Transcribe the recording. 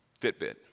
Fitbit